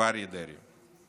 ואריה דרעי.